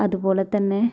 അതുപോലെ തന്നെ